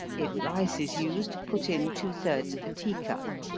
if rice is used, put in two-thirds of a tea cup.